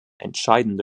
entscheidende